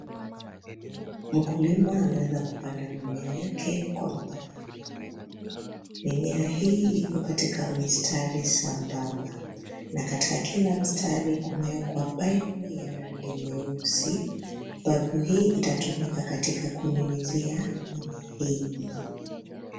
Mkulima ameweza kupanda mimea yake kwa mpangilio. Mimea hii iko katika mistari sambamba na katika kila mistari kumewekwa paipu ya rangi nyeusi, paipu hii inatumika katika kunyunyizia mimea hii maji.